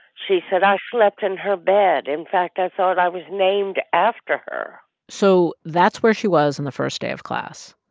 she said, i slept in and her bed. in fact, i thought i was named after her so that's where she was on the first day of class.